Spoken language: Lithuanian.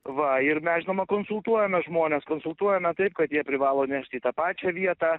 va ir mes žinoma konsultuojame žmones konsultuojame taip kad jie privalo nešti į tą pačią vietą